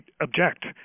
object